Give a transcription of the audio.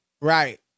right